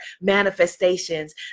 manifestations